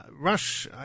Rush